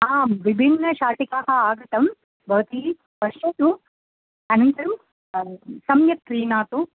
आं विभिन्नशाटिकाः आगताः भवती पश्यतु अनन्तरं सम्यक् क्रीणातु